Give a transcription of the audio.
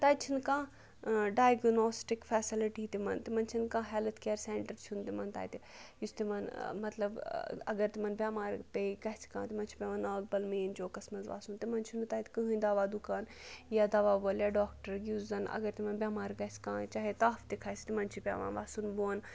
تَتہِ چھِنہٕ کانٛہہ ڈایگنوسٹِک فیسَلٹی تِمَن تِمَن چھِنہٕ کانٛہہ ہیٚلٕتھ کِیر سٮ۪نٹَر چھُنہٕ تِمَن تَتہِ یُس تِمَن مطلب اگر تِمَن بٮ۪مار پیٚیہِ گَژھِ کانٛہہ تِمَن چھُ پٮ۪وان ناگ بَل مین چوکَس منٛز وَسُن تِمَن چھُنہٕ تَتہِ کٕہۭنۍ دَوا دُکان یا دَوا وول یا ڈاکٹَر یُس زَن اگر تِمَن بٮ۪مار گژھِ کانٛہہ چاہے تَپھ تہِ کھَسہِ تِمَن چھِ پٮ۪وان وَسُن بۄن